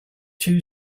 two